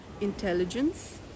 intelligence